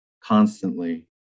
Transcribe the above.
constantly